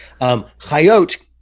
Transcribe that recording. Chayot